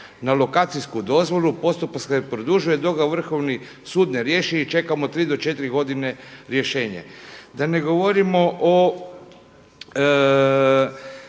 na lokacijsku dozvolu postupak se produžuje dok ga Vrhovni sud ne riješi i čekamo tri do četiri godine rješenje. Da ne govorimo o